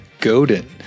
Godin